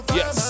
yes